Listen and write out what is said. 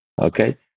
Okay